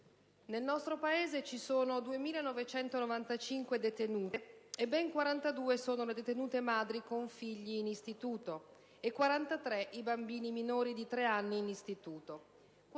nel nostro Paese ci sono 2.995 detenute e ben 42 sono le detenute madri con figli in istituto, 43 i bambini minori di tre anni in istituto